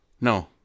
No